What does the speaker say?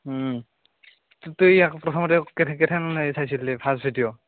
কিন্তু এই প্ৰথমতে কেথেন কেথেন চাইছিল ভাল ভিডিঅ'